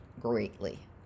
greatly